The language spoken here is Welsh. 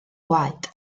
gwaed